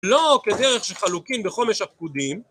לא כדרך שחלוקים בחומש הפקודים